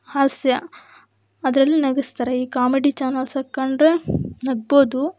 ಹಾಸ್ಯ ಅದ್ರಲ್ಲಿ ನಗಿಸ್ತಾರೆ ಈ ಕಾಮಿಡಿ ಚಾನಲ್ಸ್ ಹಾಕ್ಕಂಡ್ರೆ ನಗ್ಬೋದು